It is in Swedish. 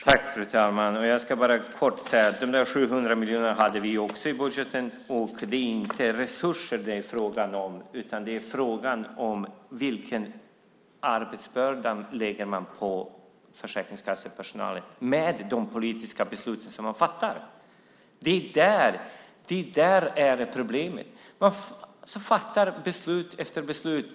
Fru talman! Jag ska bara kort säga att vi också hade de där 700 miljonerna i budgeten. Det är inte resurser det är fråga om, utan det är fråga om vilken arbetsbörda man lägger på försäkringskassepersonalen med de politiska beslut man fattar. Det är där problemet ligger. Man fattar beslut efter beslut.